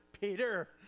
Peter